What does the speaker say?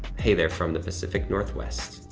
hey, there, from the pacific northwest.